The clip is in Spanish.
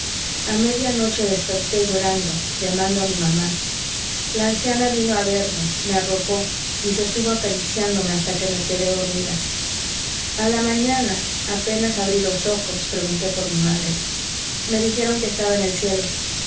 a media noche desperté llorando llamando a mi mamá la anciana vino a verme me arropó y se estuvo acariciándome hasta que me quedé dormida a la mañana apenas abrí los ojos pregunté por mi madre me dijeron que estaba en el cielo